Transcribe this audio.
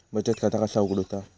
बचत खाता कसा उघडूचा?